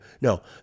No